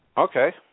Okay